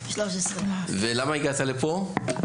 13. ולמה הגעת לפה?